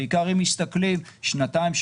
ובעיקר אם מסתכלים שנתיים,